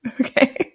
Okay